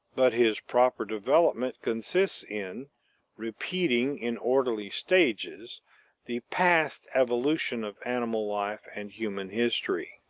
but his proper development consists in repeating in orderly stages the past evolution of animal life and human history.